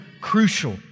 crucial